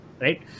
right